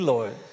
Lord